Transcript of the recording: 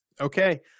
Okay